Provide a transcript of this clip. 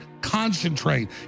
concentrate